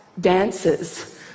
dancers